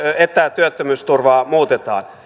että työttömyysturvaa muutetaan